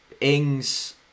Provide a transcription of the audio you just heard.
Ings